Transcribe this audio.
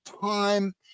time